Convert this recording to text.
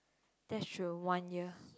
that's true one year